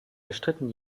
bestritten